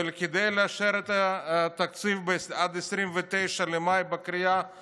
וכדי לאשר את התקציב עד 29 במאי בקריאה